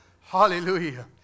Hallelujah